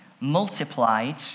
multiplied